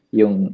yung